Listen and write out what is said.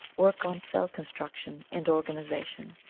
work on cell construction and organization,